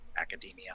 academia